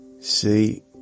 See